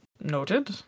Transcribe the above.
noted